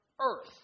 earth